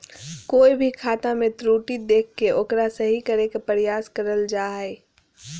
कोय भी खाता मे त्रुटि देख के ओकरा सही करे के प्रयास करल जा हय